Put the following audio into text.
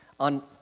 on